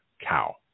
cow